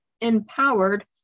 empowered